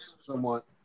somewhat